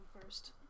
first